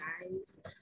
guys